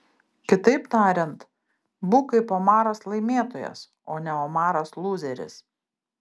kitaip tariant būk kaip omaras laimėtojas o ne omaras lūzeris